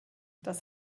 das